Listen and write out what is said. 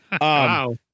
Wow